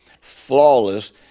flawless